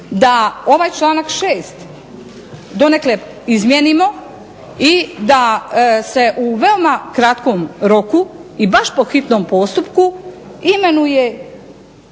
da ovaj članak 6. donekle izmijenimo i da se u veoma kratkom roku i baš po hitnom postupku imenuje